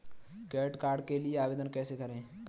Credit card के लिए आवेदन कैसे करें?